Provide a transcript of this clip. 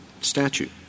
statute